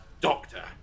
Doctor